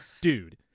dude